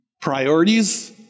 priorities